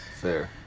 Fair